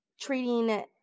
treating